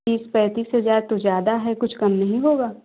तीस पैंतीस हज़ार तो ज़्यादा है कुछ कम नहीं होगा